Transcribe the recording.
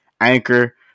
Anchor